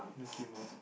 Mickey-Mouse